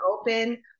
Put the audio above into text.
open